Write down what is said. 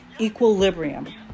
equilibrium